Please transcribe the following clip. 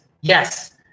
Yes